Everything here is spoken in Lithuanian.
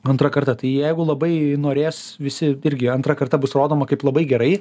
antra karta tai jeigu labai norės visi irgi antra karta bus rodoma kaip labai gerai